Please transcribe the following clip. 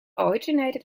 originated